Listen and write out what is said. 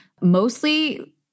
mostly